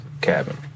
cabin